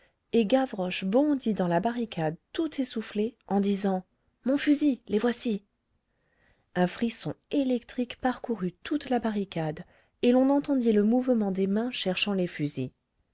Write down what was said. et gavroche bondit dans la barricade tout essoufflé en disant mon fusil les voici un frisson électrique parcourut toute la barricade et l'on entendit le mouvement des mains cherchant les fusils